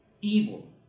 evil